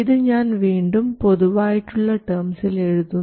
ഇത് ഞാൻ വീണ്ടും പൊതുവായിട്ടുള്ള ടേംസിൽ എഴുതുന്നു